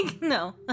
no